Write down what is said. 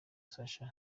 sacha